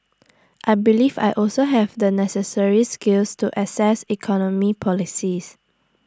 I believe I also have the necessary skills to assess economic policies